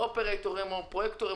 אופרייטורים או פרויקטורים